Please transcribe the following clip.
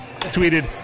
tweeted